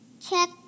check